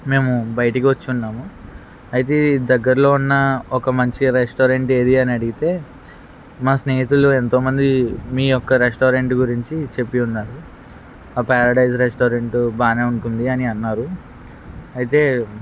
మేము బయటికి వచ్చున్నాము అయితే దగ్గరలో ఉన్న ఒక మంచి రెస్టారెంట్ ఏది అని అడిగితే మా స్నేహితులు ఎంతో మంది మీ యొక్క రెస్టారెంట్ గురించి చెప్పియున్నారు ఆ ప్యారడైస్ రెస్టారెంటు బాగానే ఉంటుంది అని అన్నారు అయితే